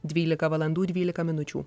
dvylika valandų dvylika minučių